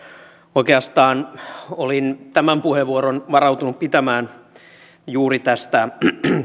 oikeastaan olin tämän puheenvuoron varautunut pitämään juuri tästä